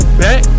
back